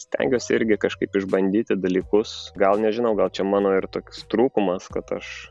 stengiuosi irgi kažkaip išbandyti dalykus gal nežinau gal čia mano ir toks trūkumas kad aš